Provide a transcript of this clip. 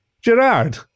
Gerard